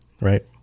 right